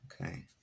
Okay